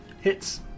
Hits